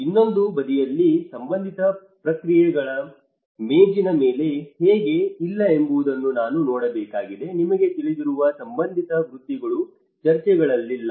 ಇನ್ನೊಂದು ಬದಿಯಲ್ಲಿ ಸಂಬಂಧಿತ ಪ್ರಕ್ರಿಯೆಗಳು ಮೇಜಿನ ಮೇಲೆ ಹೇಗೆ ಇಲ್ಲ ಎಂಬುದನ್ನು ನಾನು ನೋಡಬೇಕಾಗಿದೆ ನಿಮಗೆ ತಿಳಿದಿರುವ ಸಂಬಂಧಿತ ವೃತ್ತಿಗಳು ಚರ್ಚೆಗಳಲ್ಲಿಲ್ಲ